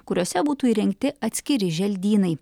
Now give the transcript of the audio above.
kuriose būtų įrengti atskiri želdynai